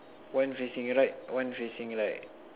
one facing right one facing right